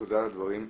תודה על הדברים.